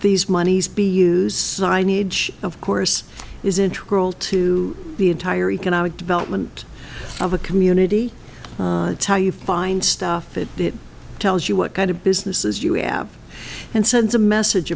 these monies be used signage of course is intro to the entire economic development of a community tell you find stuff it tells you what kind of businesses you have and sends a message